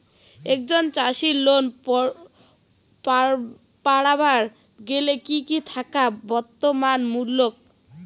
একজন চাষীর লোন পাবার গেলে কি কি থাকা বাধ্যতামূলক?